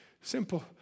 Simple